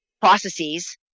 processes